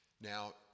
Now